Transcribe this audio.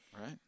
right